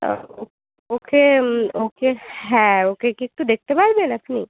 ওকে okay হ্যাঁ okay কি একটু দেখতে পারবেন আপনি